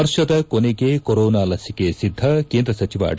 ವರ್ಷದ ಕೊನೆಗೆ ಕೊರೋನಾ ಲಸಿಕೆ ಸಿದ್ದ ಕೇಂದ್ರ ಸಚಿವ ಡಾ